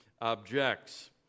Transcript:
objects